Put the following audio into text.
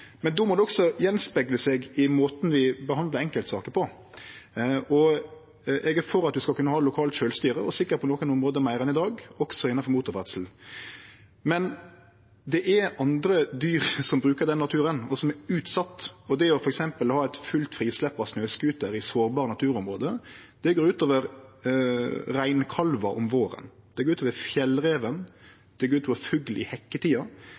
men då må det òg spegle måten vi behandlar enkeltsaker på. Eg er for at vi skal kunne ha lokalt sjølvstyre, og sikkert på nokre område meir enn i dag, også innanfor motorferdsel, men det er andre dyr – enn oss – som brukar den naturen, og som er utsett. Det å ha f.eks. fullt frislepp av snøscooterar i sårbare naturområde går ut over reinkalvar om våren, det går ut over fjellreven, det går ut over fuglar i hekketida,